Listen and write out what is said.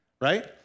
right